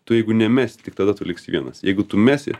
tu jeigu nemesi tik tada tu liksi vienas jeigu tu mesi